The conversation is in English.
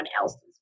else's